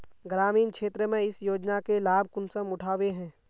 ग्रामीण क्षेत्र में इस योजना के लाभ कुंसम उठावे है?